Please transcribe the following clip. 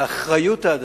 לאחריות ההדדית.